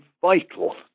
vital